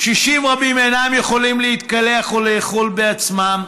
קשישים רבים אינם יכולים להתקלח או לאכול בעצמם,